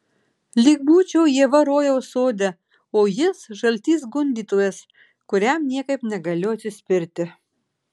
lyg būčiau ieva rojaus sode o jis žaltys gundytojas kuriam niekaip negaliu atsispirti